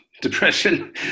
depression